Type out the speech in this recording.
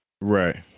Right